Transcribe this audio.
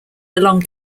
along